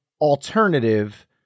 alternative